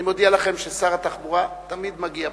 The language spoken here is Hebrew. אני מודיע לכם ששר התחבורה תמיד מגיע בזמן.